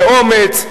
באומץ,